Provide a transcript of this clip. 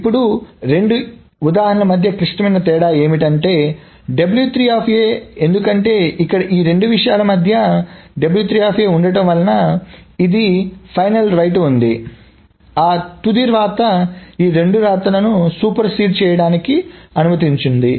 ఇప్పుడు ఈ రెండు ఉదాహరణలు మధ్య క్లిష్టమైన తేడా ఏమిటంటే ఎందుకంటే ఇక్కడ ఈ రెండు విషయాల మధ్య ఉండటం వలన ఇక్కడ తుది వ్రాత ఉంది ఆ తుది వ్రాత ఈ రెండు వ్రాతలను సూపర్ సీడ్ చేయడానికి అనుమతించింది